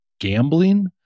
gambling